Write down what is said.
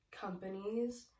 companies